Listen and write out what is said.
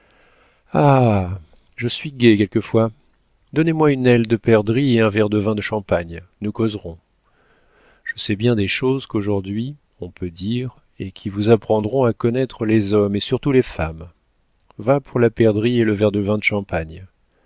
je suis gai quelquefois donnez-moi une aile de perdrix et un verre de vin de champagne nous causerons je sais bien des choses qu'aujourd'hui on peut dire et qui vous apprendront à connaître les hommes et surtout les femmes va pour la perdrix et le verre de vin de champagne